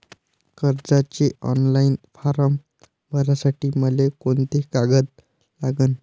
कर्जाचे online form भरासाठी मले कोंते कागद लागन?